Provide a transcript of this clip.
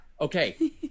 Okay